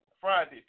Friday